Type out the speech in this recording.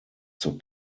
zur